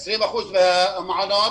20 אחוזים מהמעונות,